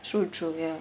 true true ya